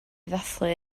ddathlu